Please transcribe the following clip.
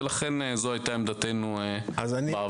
ולכן זו היתה עמדתנו בעבר.